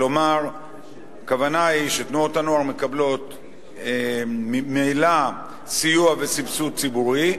כלומר הכוונה היא שתנועות הנוער מקבלות ממילא סיוע וסבסוד ציבורי,